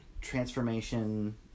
transformation